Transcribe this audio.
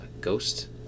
ghost